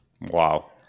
Wow